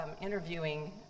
interviewing